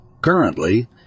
Currently